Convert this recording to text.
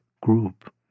group